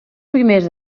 primers